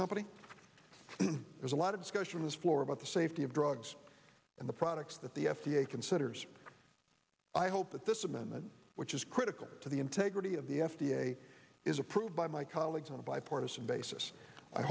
company there's a lot of discussion as floor about the safety of drugs and the products that the f d a considers i hope that this amendment which is critical to the integrity of the f d a is approved by my colleagues on a bipartisan basis i